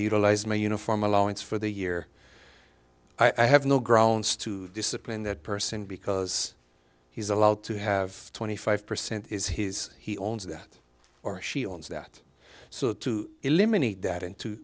utilize my uniform allowance for the year i have no grounds to discipline that person because he's allowed to have twenty five percent is his he owns that or she owns that so to eliminate that